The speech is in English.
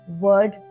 word